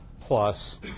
plus